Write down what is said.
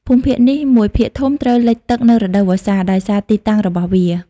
ភូមិភាគនេះមួយភាគធំត្រូវលិចទឹកនៅរដូវវស្សា ដោយសារទីតាំងរបស់វា។